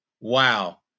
Wow